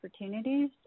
opportunities